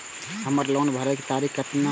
हमर लोन भरे के तारीख केतना ये?